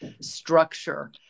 structure